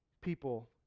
people